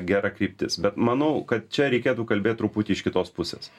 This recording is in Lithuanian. gera kryptis bet manau kad čia reikėtų kalbėt truputį iš kitos pusės